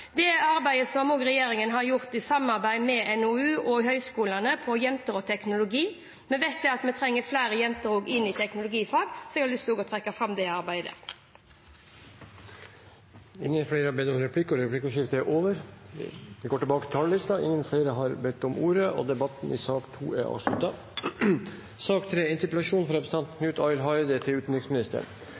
Arbeidet som regjeringen har gjort i samarbeid med NHO og høyskolene når det gjelder jenter og teknologi – vi vet at vi trenger flere jenter i teknologifag – har jeg også lyst til å trekke fram. Replikkordskiftet er over. Flere har ikke bedt om ordet til sak nr. 2. Kashmir-konflikten har sidan 1947 vore ein alvorleg, uløyst konflikt i verda, den gongen da Britisk India skulle bli uavhengig og blei delt i to